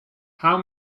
how